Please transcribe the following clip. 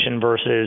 versus